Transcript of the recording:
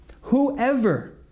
whoever